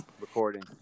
recording